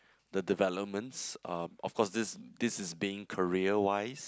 the developments uh of course this this is being career wise